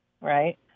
Right